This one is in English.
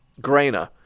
Grainer